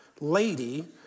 Lady